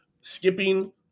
skipping